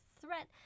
threat